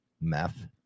meth